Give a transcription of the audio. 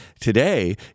today